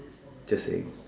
just saying